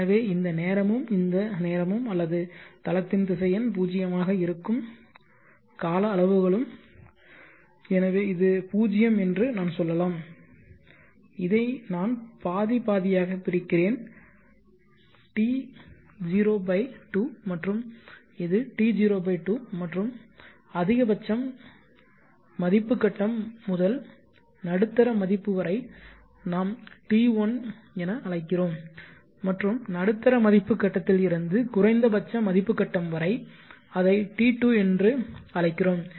எனவே இந்த நேரமும் இந்த நேரமும் அல்லது தளத்தின் திசையன் 0 ஆக இருக்கும் கால அளவுகளும் எனவே இது 0 என்று நான் சொல்லலாம் இதை நான் பாதி பாதியாக பிரிக்கிறேன் T0 2 மற்றும் இது T0 2 மற்றும் அதிகபட்சம் மதிப்பு கட்டம் முதல் நடுத்தர மதிப்பு வரை நாம் T1 என அழைக்கிறோம் மற்றும் நடுத்தர மதிப்பு கட்டத்தில் இருந்து குறைந்தபட்ச மதிப்பு கட்டம் வரை அதை T2 என்று அழைக்கிறோம்